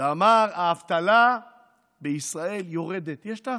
ואמר שהאבטלה בישראל יורדת, יש תעסוקה.